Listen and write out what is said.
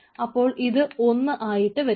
അപ്പോൾ ഇത് 1 ആയിട്ട് വരും